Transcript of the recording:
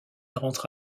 rentre